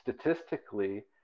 statistically